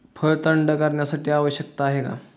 फळ थंड करण्याची आवश्यकता का आहे?